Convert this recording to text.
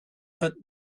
but